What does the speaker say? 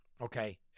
Okay